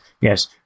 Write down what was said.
yes